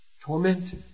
torment